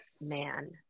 man